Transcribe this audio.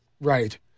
Right